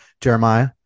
Jeremiah